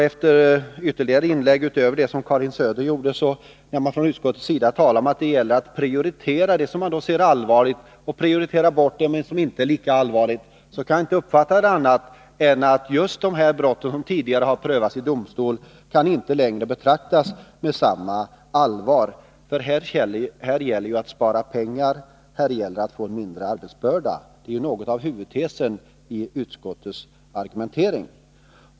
Eftersom man i andra inlägg från utskottets sida, utöver Karin Söders, har talat om att det gäller att prioritera det som man anser som allvarligt och ”prioritera bort” det som inte är lika allvarligt, kan jag inte tolka det på annat sätt än att just dessa brott, som tidigare har prövats i domstol, inte längre skall betraktas med samma allvar. Här gäller det att spara pengar och få en mindre arbetsbörda. Det är något av en huvudtes i utskottets argumentering.